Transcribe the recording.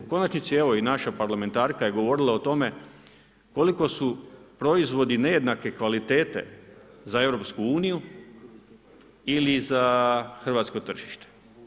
U konačnici evo i naša parlamentarka je govorila o tome koliko su proizvodi nejednake kvalitete za EU ili za hrvatsko tržište.